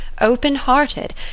open-hearted